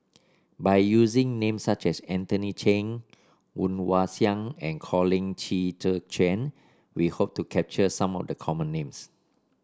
by using names such as Anthony Chen Woon Wah Siang and Colin Qi Zhe Quan we hope to capture some of the common names